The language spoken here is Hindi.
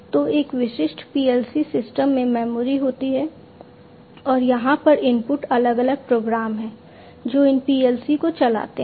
तो एक विशिष्ट PLC सिस्टम में मेमोरी होती है और यहां पर इनपुट अलग अलग प्रोग्राम हैं जो इन PLC को चलाते हैं